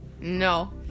No